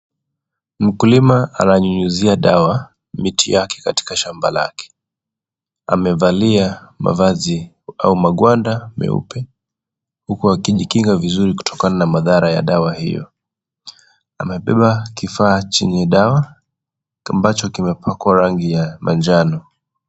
Mkulima ananyunyuzia dawa miti yake katika shamba lake. Amevalia mavazi au magwanda meupe huku akijikinga vizuri kutokana na madhara ya dawa hiyo. Amebeba kifaa chenye dawa ambacho kimepakwa rangi ya manjano.